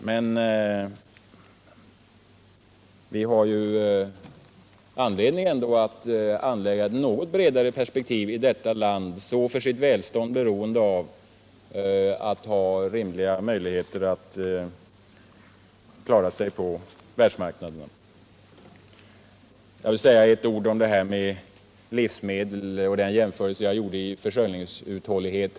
Men vi har ändå anledning att se det hela i ett något vidare perspektiv i detta land, som för sitt välstånd är så beroende av att ha rimliga möjligheter att klara sig på världsmarknaden. Jag vill säga ett par ord om detta med livsmedel och om den iämförelse jag gjorde i fråga om försörjningsuthållighet.